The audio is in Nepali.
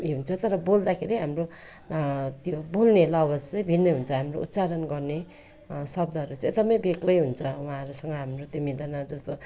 यो हुन्छ बोल्दाखेरि हाम्रो त्यो बोल्ने लवाज चाहिँ भिन्दै हुन्छ हाम्रो उच्चारण गर्ने शब्दहरू चाहिँ एकदमै बेग्लै हुन्छ उहाँहरूसँग हाम्रो त्यो मिल्दैन जस्तो